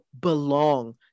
belong